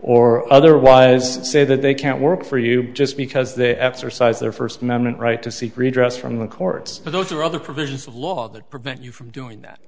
or otherwise say that they can't work for you just because they exercise their first amendment right to seek redress from the courts but those are other provisions of law that prevent you from doing that